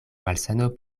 malsano